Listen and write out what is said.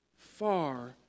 far